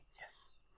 Yes